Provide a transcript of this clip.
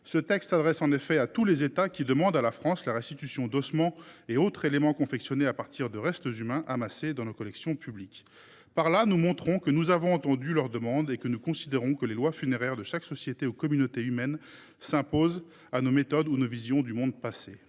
Ce texte s’adresse en effet à tous les États qui demandent à la France la restitution d’ossements et autres éléments confectionnés à partir de restes humains, amassés dans nos collections publiques. Par là, nous montrons que nous avons entendu leurs demandes et que nous considérons que les lois funéraires de chaque société ou communauté humaine s’imposent à nos méthodes ou à nos visions du monde passées.